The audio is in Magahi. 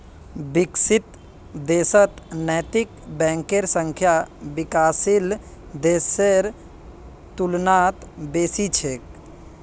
विकसित देशत नैतिक बैंकेर संख्या विकासशील देशेर तुलनात बेसी छेक